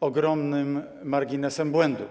ogromnym marginesem błędu.